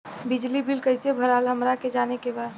बिजली बिल कईसे भराला हमरा के जाने के बा?